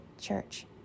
church